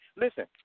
Listen